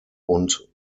und